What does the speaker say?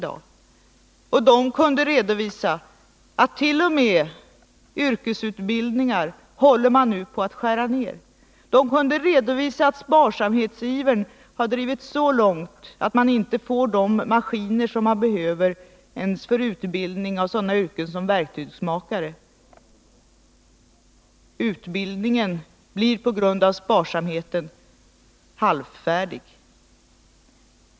De kunde redovisa att t.o.m. yrkesutbildningar håller man nu på att skära ned. De kunde redovisa att sparsamhetsivern har drivits så långt att man inte får de maskiner som man behöver ens för utbildning inom sådana yrken som verktygsmakare. Utbildningen blir på grund av sparsamheten halvfärdig.